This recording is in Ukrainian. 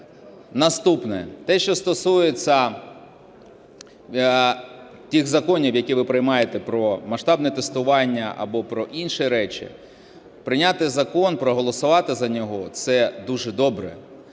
Наступне. Те, що стосується тих законів, які ви приймаєте, про масштабне тестування або про інші речі. Прийняти закон, проголосувати за нього - це дуже добре,